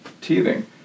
teething